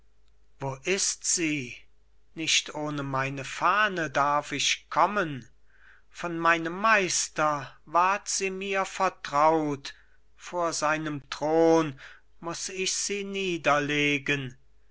wo ist sie nicht ohne meine fahne darf ich kommen von meinem meister ward sie mir vertraut vor seinem thron muß ich sie niederlegen